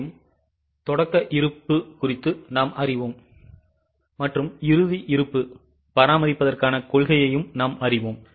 எனவே தொடக்க இருப்பு நாம் அறிவோம் மேலும் இறுதி இருப்பு பராமரிப்பதற்கான கொள்கையையும் நாம் அறிவோம்